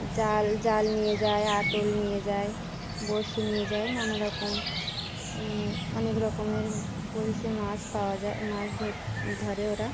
জাল জাল নিয়ে যায় আটল নিয়ে যায় বড়শি নিয়ে যায় নানা রকম অনেক রকমের পদিশে মাছ পাওয়া যায় মাছ ধ ধরে ওরা